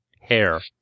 Hair